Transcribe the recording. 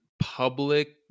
public